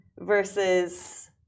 versus